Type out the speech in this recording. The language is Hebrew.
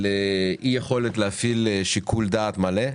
של אי יכולת להפעיל שיקול דעת מלא.